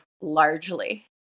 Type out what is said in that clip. largely